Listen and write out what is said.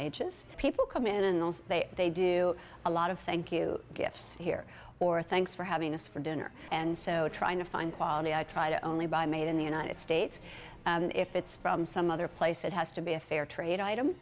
ages people come in in those they they do a lot of thank you gifts here or thanks for having us for dinner and so trying to find quality i try to only buy made in the united states and if it's from some other place it has to be a fair trade item